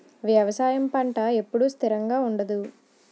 వ్యవసాయం పంట ఎప్పుడు స్థిరంగా ఉండదు